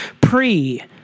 pre